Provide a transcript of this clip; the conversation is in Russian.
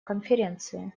конференции